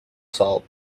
salt